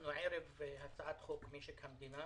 אנחנו ערב הצעת חוק משק המדינה